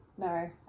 No